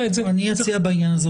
אני לא חושב שמישהו מציע את זה.